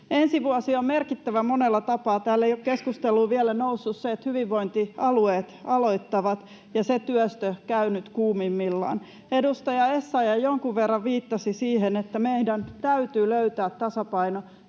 Ensi vuosi on merkittävä monella tapaa. Täällä ei ole keskusteluun vielä noussut se, että hyvinvointialueet aloittavat ja se työstö käy nyt kuumimmillaan. Edustaja Essayah jonkun verran viittasi siihen, että meidän täytyy löytää tasapaino